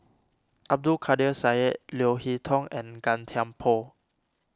Abdul Kadir Syed Leo Hee Tong and Gan Thiam Poh